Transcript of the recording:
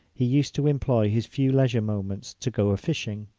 he used to employ his few leisure moments to go a fishing.